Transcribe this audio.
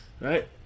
Right